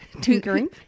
tinkering